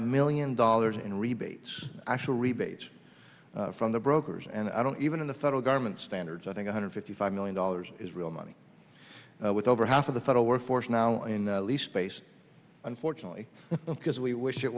million dollars in rebates actual rebates from the brokers and i don't even in the federal government standards i think one hundred fifty five million dollars is real money with over half of the federal workforce now in the least based unfortunately because we wish it